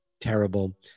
terrible